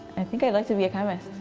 i think i'd like to be kind of a.